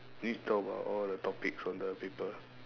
need to talk about all the topics on the paper